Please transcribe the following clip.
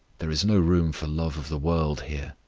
there is no room for love of the world here,